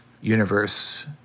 universe